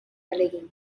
ahalegin